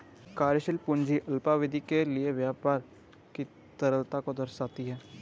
कार्यशील पूंजी अल्पावधि के लिए व्यापार की तरलता को दर्शाती है